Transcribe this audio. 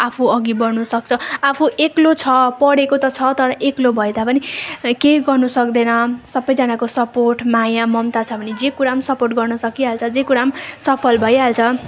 आफू अघि बढ्नु सक्छ आफू एक्लो छ पढेको त छ तर एक्लो भएता पनि केइ गर्नु सक्दैन सबैजनाको सपोर्ट माया ममता छ भने जे कुरा पनि सपोर्ट गर्न सकिहाल्छ जे कुरा पनि सफल भइहाल्छ